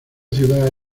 ciudad